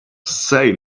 say